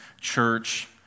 church